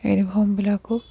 ইউনিফৰ্মবিলাকো